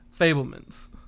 Fablemans